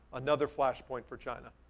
another flashpoint for china.